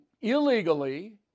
Illegally